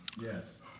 yes